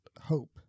hope